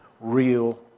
real